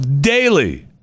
daily